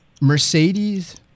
Mercedes